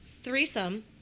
threesome